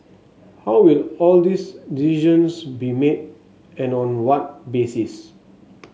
how will all these decisions be made and on what basis